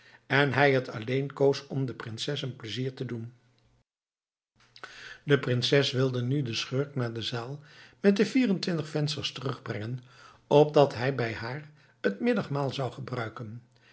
en hij het alleen koos om de prinses een plezier te doen de prinses wilde nu den schurk naar de zaal met de vier en twintig vensters terugbrengen opdat hij bij haar het middageten zou gebruiken